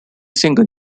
single